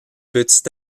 petit